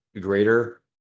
greater